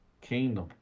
kingdom